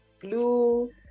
blue